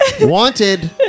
Wanted